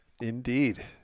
Indeed